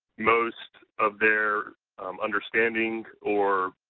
most of their understanding or